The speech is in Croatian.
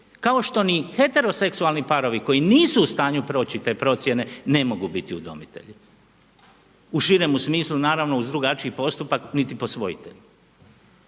kao što ni heteroseksualni parovi koji nisu u stanju proći te procjene ne mogu biti udomitelji. U širemu smislu naravno uz drugačiji postupak niti posvojitelji.